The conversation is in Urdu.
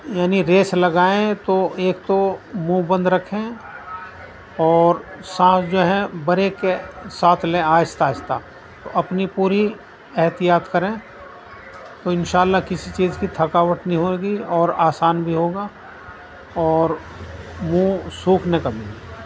یعنی ریس لگائیں تو ایک تو منہ بند رکھیں اور سانس جو ہیں بڑے کے ساتھ لیں آہستہ آہستہ تو اپنی پوری احتیاط کریں تو ان شاء اللہ کسی چیز کی تھکاوٹ نہیں ہوگی اور آسان بھی ہوگا اور منہ سوکھنے کا بھی